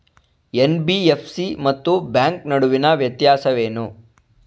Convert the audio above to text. NBFC ಮತ್ತು bank ನಡುವಿನ ವ್ಯತ್ಯಾಸವೇನು?